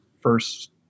first